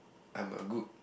I'm a good